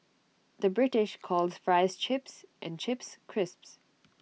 the British calls Fries Chips and Chips Crisps